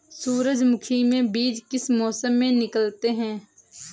सूरजमुखी में बीज किस मौसम में निकलते हैं?